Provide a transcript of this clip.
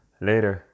Later